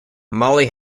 molly